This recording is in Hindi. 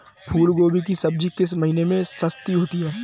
फूल गोभी की सब्जी किस महीने में सस्ती होती है?